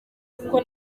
kuko